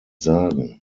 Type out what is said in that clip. sagen